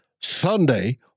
Sunday